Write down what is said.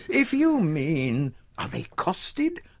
if you mean are they costed?